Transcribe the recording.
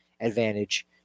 advantage